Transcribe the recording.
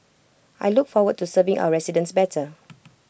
I look forward to serving our residents better